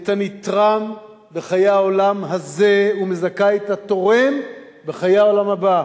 את הנתרם בחיי העולם הזה ומזכה את התורם בחיי העולם הבא.